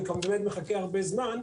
אני כבר מחכה הרבה זמן.